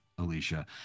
alicia